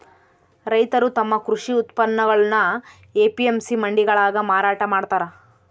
ರೈತರು ತಮ್ಮ ಕೃಷಿ ಉತ್ಪನ್ನಗುಳ್ನ ಎ.ಪಿ.ಎಂ.ಸಿ ಮಂಡಿಗಳಾಗ ಮಾರಾಟ ಮಾಡ್ತಾರ